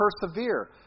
persevere